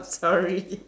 sorry